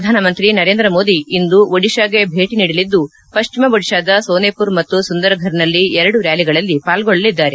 ಪ್ರಧಾನಮಂತ್ರಿ ನರೇಂದ್ರ ಮೋದಿ ಇಂದು ಓಡಿತಾಗೆ ಭೇಟಿ ನೀಡಲಿದ್ದು ಪಶ್ಚಿಮ ಓಡಿತಾದ ಸೋನೆಪುರ್ ಮತ್ತು ಸುಂದರ್ಫರ್ನಲ್ಲಿ ಎರಡು ರ್ನಾಲಿಗಳಲ್ಲಿ ಪಾಲ್ಲೊಳ್ಳಲಿದ್ದಾರೆ